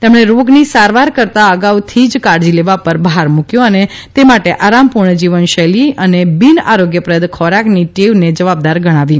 તેમણે રોગની સારવાર કરતાં અગાઉથી જ કાળજી લેવા ભાર મુકથી અને તે માટે આરામપુર્ણ જીવનશૈલી અને બીન આરોગ્યપ્રદ ખોરાકની ટેવને જવાબદાર ગણાવી